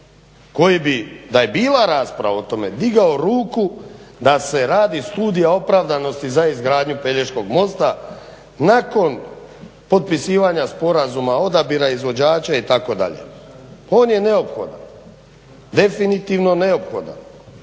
koji bi da je bila rasprava o tome digao ruku da se radi studija opravdanosti za izgradnju Pelješkog mosta nakon potpisivanja sporazuma, odabira izvođača itd. On je neophodan, definitivno neophodan,